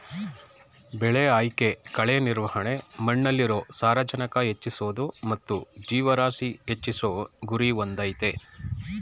ಬೆಳೆ ಆಯ್ಕೆ ಕಳೆ ನಿರ್ವಹಣೆ ಮಣ್ಣಲ್ಲಿರೊ ಸಾರಜನಕ ಹೆಚ್ಚಿಸೋದು ಮತ್ತು ಜೀವರಾಶಿ ಹೆಚ್ಚಿಸೋ ಗುರಿ ಹೊಂದಯ್ತೆ